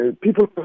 people